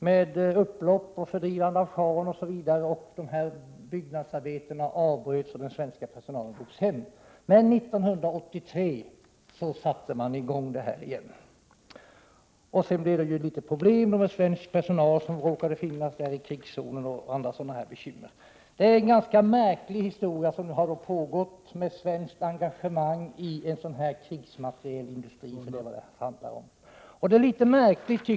Det blev upplopp, schahen fördrevs osv. Arbetet med byggandet av fabriken avbröts, och den svenska personalen togs hem. 1983 satte man i gång det hela igen. Sedan uppstod problem. Svensk personal råkade befinna sig i krigszonen. Även andra bekymmer tillkom. Det är en ganska märklig historia som har pågått, med svenskt engagemang i krigsmaterielindustrin. Det är nämligen vad det handlar om.